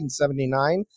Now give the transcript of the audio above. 1979